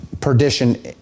perdition